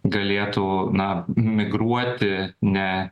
galėtų na migruoti ne